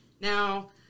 Now